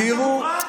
אתה מוכן?